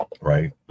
Right